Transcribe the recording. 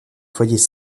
foyers